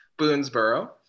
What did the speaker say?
Boonesboro